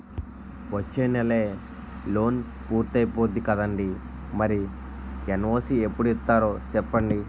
వచ్చేనెలే లోన్ పూర్తయిపోద్ది కదండీ మరి ఎన్.ఓ.సి ఎప్పుడు ఇత్తారో సెప్పండి